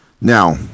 Now